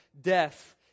death